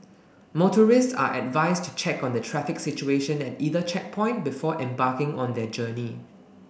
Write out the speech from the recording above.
motorists are advised to check on the traffic situation at either checkpoint before embarking on their journey